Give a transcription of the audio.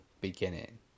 beginning